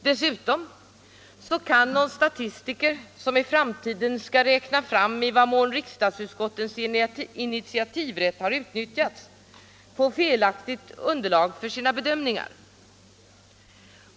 Dessutom kan någon statistiker som i framtiden skall räkna fram i vad mån riksdagsutskottens initiativrätt har utnyttjats få felaktigt underlag för sina bedömningar.